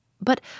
but